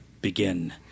begin